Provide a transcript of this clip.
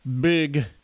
big